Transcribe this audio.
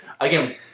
Again